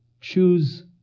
choose